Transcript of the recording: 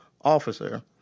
Officer